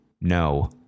No